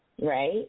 right